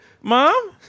mom